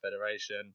Federation